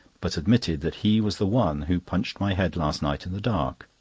but admitted that he was the one who punched my head last night in the dark.